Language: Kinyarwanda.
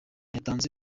yatanze